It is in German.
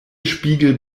spiegel